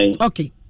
okay